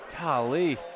golly